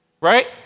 right